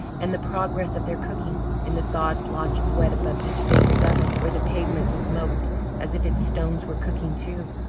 and the progress of their cooking, in the thawed blotch of wet above each baker's oven, where the pavement smoked as if its stones were cooking too.